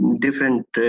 different